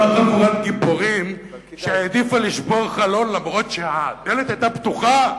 אותה חבורת גיבורים שהעדיפה לשבור חלון אף-על-פי שהדלת היתה פתוחה,